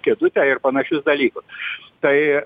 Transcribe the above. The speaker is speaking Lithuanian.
kėdutę ir panašius dalykus tai